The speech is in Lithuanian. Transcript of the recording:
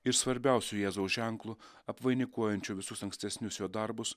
iš svarbiausiu jėzaus ženklu apvainikuojančiu visus ankstesnius jo darbus